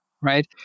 right